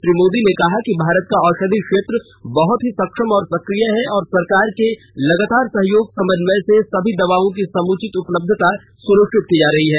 श्री मोदी ने कहा कि भारत का औषधि क्षेत्र बहुत ही सक्षम और सक्रिय है और सरकार के लगातार सहयोग समन्वय से सभी दवाओं की समुचित उपलब्धता सुनिश्चित की जा रही है